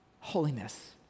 holiness